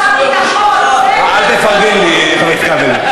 שר הביטחון, אל תפרגן לי, חבר הכנסת כבל.